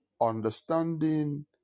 understanding